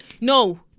No